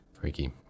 Freaky